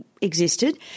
Existed